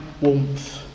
warmth